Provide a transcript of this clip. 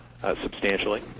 substantially